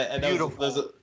Beautiful